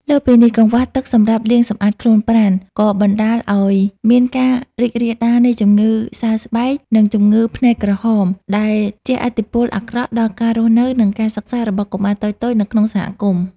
លើសពីនេះ កង្វះទឹកសម្រាប់លាងសម្អាតខ្លួនប្រាណ ក៏បណ្ដាលឱ្យមានការរីករាលដាលនៃជំងឺសើស្បែក និងជំងឺភ្នែកក្រហម ដែលជះឥទ្ធិពលអាក្រក់ដល់ការរស់នៅ និងការសិក្សារបស់កុមារតូចៗនៅក្នុងសហគមន៍។